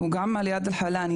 גם על איאד אל-חלאק.